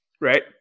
right